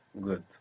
Good